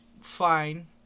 fine